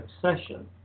succession